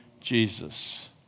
Jesus